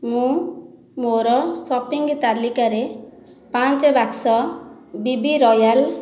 ମୁଁ ମୋର ସପିଂ ତାଲିକାରେ ପାଞ୍ଚ ବାକ୍ସ ବି ବି ରୟାଲ୍